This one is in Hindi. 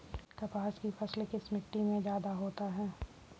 कपास की फसल किस मिट्टी में ज्यादा होता है?